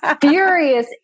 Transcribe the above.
furious